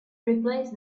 replace